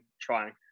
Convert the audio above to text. trying